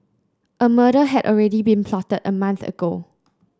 a murder had already been plotted a month ago